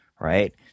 right